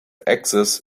axis